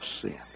sin